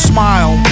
Smile